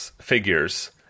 figures